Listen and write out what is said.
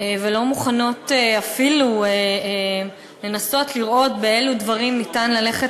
ולא מוכנים אפילו לנסות לראות באילו דברים ניתן ללכת